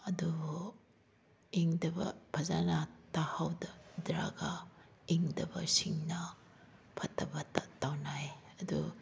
ꯑꯗꯨꯕꯨ ꯏꯟꯗꯕ ꯐꯖꯅ ꯇꯥꯍꯧ ꯗ꯭ꯔꯒ ꯏꯟꯗꯕꯁꯤꯡꯅ ꯐꯠꯇꯕꯗ ꯇꯧꯅꯩ ꯑꯗꯨ